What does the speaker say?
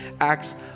acts